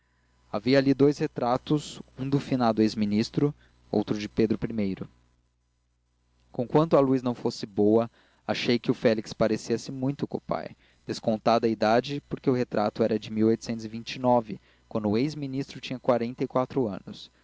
havia ali dous retratos um do finado ex ministro outro de pedro i conquanto a luz não fosse boa achei que o félix parecia se muito com o pai descontada a idade porque o retrato era de quando o ex ministro tinha quarenta e quatro anos